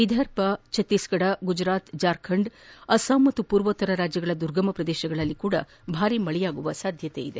ವಿದರ್ಭ ಛತ್ತೀಸ್ಗಢ ಗುಜರಾತ್ ಜಾರ್ಖಂಡ್ ಅಸ್ಲಾಂ ಮತ್ತು ಪೂವೋತ್ತರ ರಾಜ್ಲಗಳ ದುರ್ಗಮ ಪ್ರದೇಶಗಳಲ್ಲೂ ಸಹ ಭಾರೀ ಮಳೆಯಾಗುವ ಸಾಧ್ಯತೆ ಇದೆ